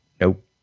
Nope